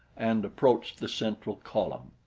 and approached the central column.